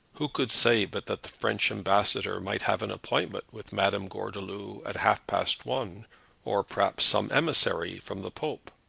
who could say but that the french ambassador might have an appointment with madame gordeloup at half-past one or perhaps some emissary from the pope!